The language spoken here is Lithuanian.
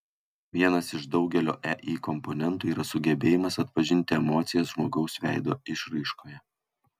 vienas iš daugelio ei komponentų yra sugebėjimas atpažinti emocijas žmogaus veido išraiškoje